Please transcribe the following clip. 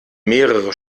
mehrere